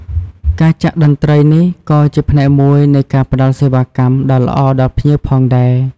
ការចាក់តន្រ្តីនេះក៏ជាផ្នែកមួយនៃការផ្តល់សេវាកម្មដ៏ល្អដល់ភ្ញៀវផងដែរ។